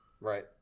Right